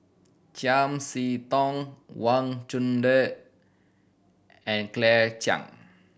Chiam See Tong Wang Chunde and Claire Chiang